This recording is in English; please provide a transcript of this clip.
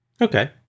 Okay